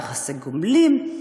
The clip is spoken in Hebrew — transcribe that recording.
יחסי גומלין,